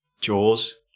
jaws